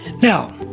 Now